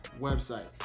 website